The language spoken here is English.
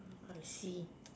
I see